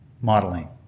modeling